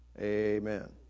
amen